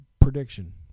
Prediction